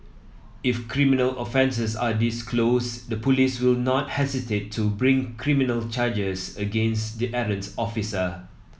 if criminal offences are disclosed the police will not hesitate to bring criminal charges against the errant officer